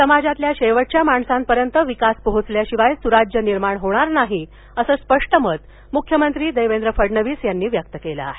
समाजातील शेवटच्या माणसांपर्यंत विकास पोहोचल्याशिवाय सुराज्य निर्माण होणार नाही असं स्पष्ट मत मुख्यमंत्री देवेंद्र फडणवीस यांनी व्यक्त केलं आहे